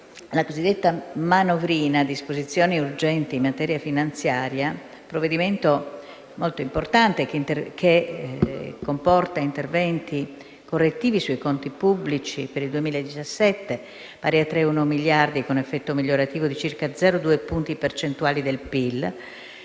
la cosiddetta manovrina recante «Disposizioni urgenti in materia finanziaria», provvedimento molto importante, che comporta interventi correttivi sui conti pubblici per il 2017 pari a 3,1 miliardi, con un effetto migliorativo di circa 0,2 punti percentuali di PIL,